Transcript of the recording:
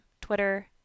Twitter